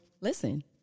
Listen